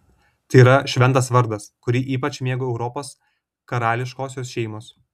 tai yra šventas vardas kurį ypač mėgo europos karališkosios šeimos